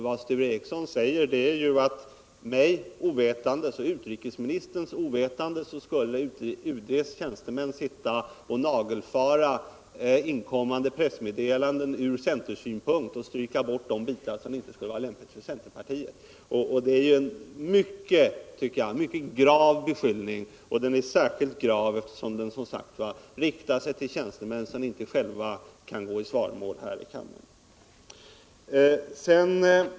Vad Sture Ericson säger är nämligen att mig och utrikesministern ovetande skulle UD-tjänstemän nagelfara inkommande pressmeddelanden från centersynpunkt och stryka de bitar som inte skulle vara lämpliga för centern. Det är en mycket grav beskyllning, och den är särskilt grav därför att den riktar sig mot tjänstemän som inte själva kan gå i svaromål här i kammaren.